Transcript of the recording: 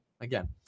again